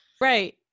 Right